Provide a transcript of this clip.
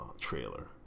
trailer